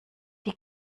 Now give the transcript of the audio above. die